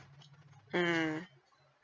mm